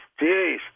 Jeez